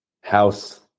house